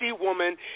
woman